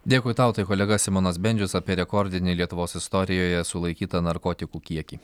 dėkui tau tai kolega simonas bendžius apie rekordinį lietuvos istorijoje sulaikytą narkotikų kiekį